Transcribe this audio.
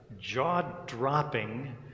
jaw-dropping